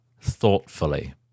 thoughtfully